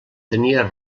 tenia